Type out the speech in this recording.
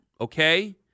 Okay